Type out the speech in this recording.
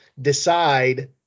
decide